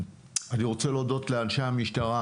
אני רוצה להודות לאנשי המשטרה